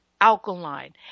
alkaline